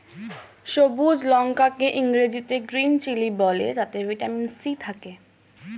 সবুজ লঙ্কা কে ইংরেজিতে গ্রীন চিলি বলে যাতে ভিটামিন সি থাকে